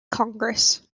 congress